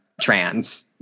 trans